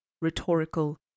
rhetorical